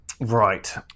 Right